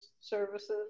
services